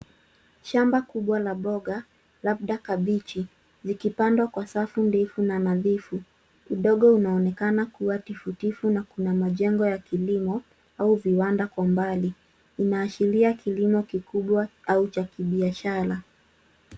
Shamba kubwa la mboga labda kabichi, zikipandwa kwa safu ndefu na nadhifu. Udongo unaonekana kuwa tifu tifu na kuna majengo ya kilimo au viwanda kwa mbali. Inaashiria kilimo kikubwa au cha kibiashara.